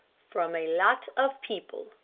from a lot of people,